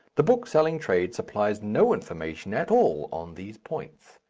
the book-selling trade supplies no information at all on these points.